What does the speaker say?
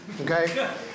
okay